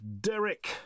Derek